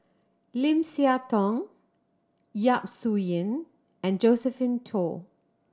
Lim Siah Tong Yap Su Yin and Josephine Teo